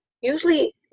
usually